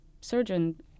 surgeon